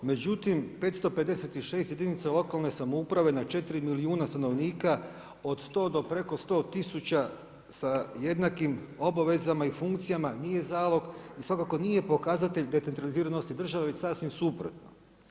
Međutim, 556 jedinica lokalne samouprave na 4 milijuna stanovnika od 100, do preko 100000 sa jednakim obavezama i funkcijama nije zalog i svakako nije pokazatelj decentraliziranosti države već sasvim suprotno.